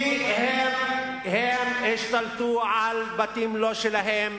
כי הם השתלטו על בתים לא שלהם,